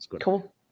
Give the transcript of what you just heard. Cool